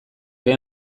ere